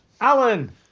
Alan